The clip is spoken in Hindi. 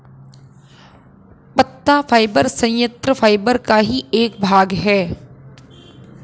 पत्ता फाइबर संयंत्र फाइबर का ही एक भाग है